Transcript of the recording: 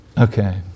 Okay